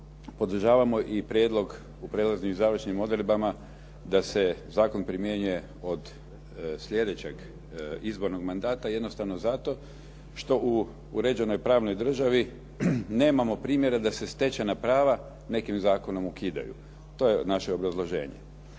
Podržavamo i prijedlog u prijelaznim i završnim odredbama da se zakon primjenjuje od slijedećeg izbornog mandata jednostavno zato što u uređenoj pravnoj državi nemamo primjera da se stečena prava nekim zakonom ukidaju. To je naše obrazloženje.